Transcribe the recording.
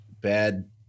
bad